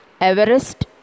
Everest